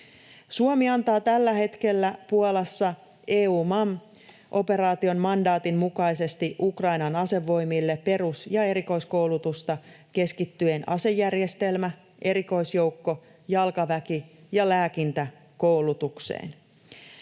Suomi antaa tällä hetkellä Puolassa EUMAM-operaation mandaatin mukaisesti Ukrainan asevoimille perus- ja erikoiskoulutusta keskittyen asejärjestelmä-, erikoisjoukko-, jalkaväki- ja lääkintäkoulutukseen.